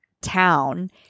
town